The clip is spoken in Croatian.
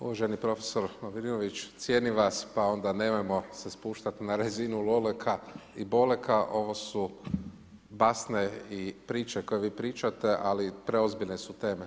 Uvaženi profesor Lovrinović, cijenim vas pa ona nemojmo se spuštati na razini Loleka i Boleka, ovo su basne i priče koje vi pričate ali preozbiljne su teme.